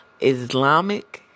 islamic